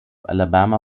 alabama